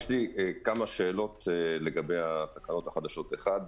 יש לי כמה שאלות לגבי התקנות החדשות: אחד,